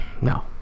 no